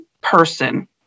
Person